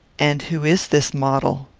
and who is this model?